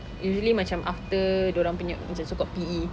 usually macam after dorang punya macam so called P_E